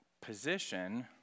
position